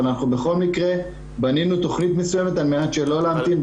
אבל בכל מקרה בנינו תוכנית מסוימת על מנת שלא להמתין,